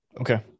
Okay